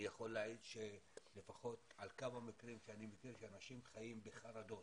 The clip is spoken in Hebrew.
אני יכול להעיד לפחות על כמה מקרים שאני מכיר שאנשים חיים בחרדות,